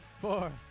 four